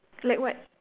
like what